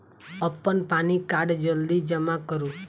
अप्पन पानि कार्ड जल्दी जमा करू?